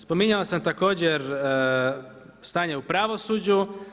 Spominjao sam također stanje u pravosuđu.